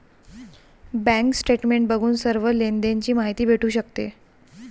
bank statement बघून सर्व लेनदेण ची माहिती भेटू शकते